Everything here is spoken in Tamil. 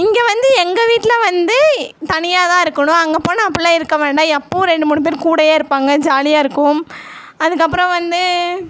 இங்கே வந்து எங்கள் வீட்டில் வந்து தனியாக தான் இருக்கணும் அங்கே போனால் அப்போல்லாம் இருக்க வேண்டாம் எப்போவும் ரெண்டு மூணு பேரு கூடையே இருப்பாங்க ஜாலியாக இருக்கும் அதுக்கப்பறம் வந்து